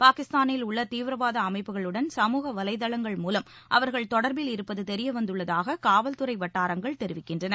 பாகிஸ்தானில் உள்ள தீவிரவாத அமைப்புகளுடன் சமூக வலைதளங்கள் மூலம் அவர்கள் தொடர்பில் இருப்பது தெரிய வந்துள்ளதாக காவல்துறை வட்டாரங்கள் தெரிவிக்கின்றன